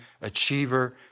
achiever